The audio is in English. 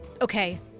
okay